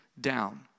down